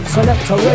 Selector